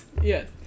yes